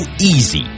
easy